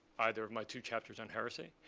either of my two chapters on heresy.